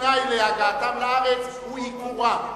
תנאי להגעתם לארץ הוא עיקורם.